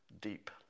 deep